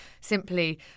simply